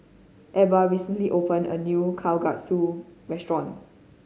Ebba recently opened a new Kalguksu restaurant